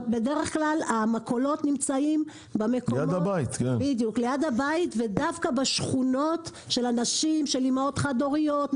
בדרך כלל המכולות נמצאות ליד הבית ודווקא בשכונות של אימהות חד-הוריות,